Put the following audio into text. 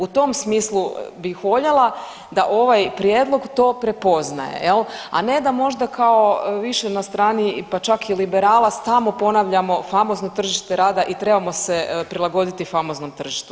U tom smislu bih voljela da ovaj prijedlog to prepoznaje, a ne da možda kao više na strani pa čak i liberala stalno ponavljamo famozno tržište rada i trebamo se prilagoditi famoznom tržištu rada.